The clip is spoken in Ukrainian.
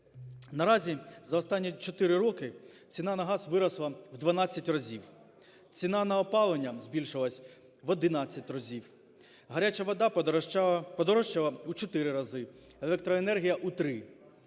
Наразі за останні 4 роки ціна на газ виросла в 12 разів, ціна на опалення збільшилась в 11 разів, гаряча вода подорожчала у 4 рази, електроенергія – у 3.